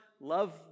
Love